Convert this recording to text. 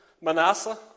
Manasseh